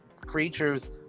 creatures